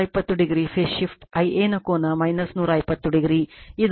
8 ಕೋನ 163